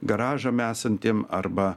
garažam esantiem arba